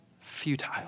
futile